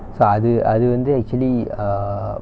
so அது அது வந்து:athu athu vanthu actually err